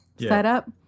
setup